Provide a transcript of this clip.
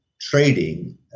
trading